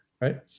right